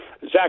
Zach